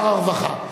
שר הרווחה.